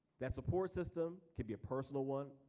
that support system can be a personal one,